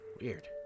Weird